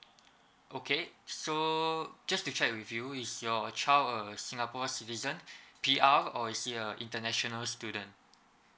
okay so just to check with you is your child a singapore citizen P_R or is he a international student